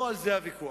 לא על זה הוויכוח.